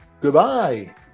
goodbye